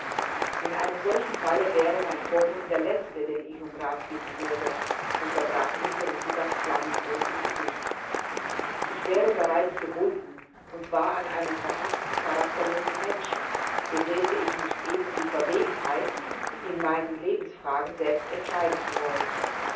in einem solchen falle wäre mein vormund der letzte den ich um rat bitten würde unterbrach ihn felicitas flammendrot im gesicht ich wäre bereits gebunden und zwar an einen verhaßten charakterlosen menschen besäße ich nicht eben die verwegenheit in meinen lebensfragen selbst entscheiden zu wollen